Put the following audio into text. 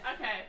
okay